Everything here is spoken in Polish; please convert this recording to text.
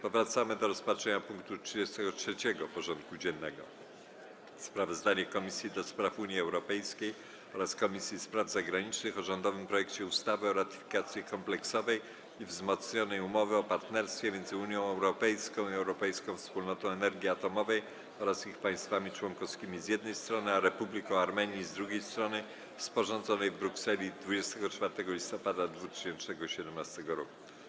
Powracamy do rozpatrzenia punktu 33. porządku dziennego: Sprawozdanie Komisji do Spraw Unii Europejskiej oraz Komisji Spraw Zagranicznych o rządowym projekcie ustawy o ratyfikacji Kompleksowej i wzmocnionej umowy o partnerstwie między Unią Europejską i Europejską Wspólnotą Energii Atomowej oraz ich państwami członkowskimi, z jednej strony, a Republiką Armenii, z drugiej strony, sporządzonej w Brukseli dnia 24 listopada 2017 r.